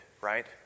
Right